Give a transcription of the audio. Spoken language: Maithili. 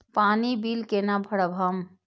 पानी बील केना भरब हम?